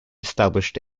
established